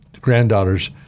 granddaughter's